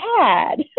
bad